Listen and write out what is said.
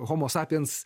homo sapiens